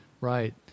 Right